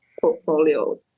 portfolio